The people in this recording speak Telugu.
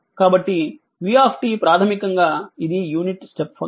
కాబట్టి v ప్రాథమికంగా ఇది యూనిట్ స్టెప్ ఫంక్షన్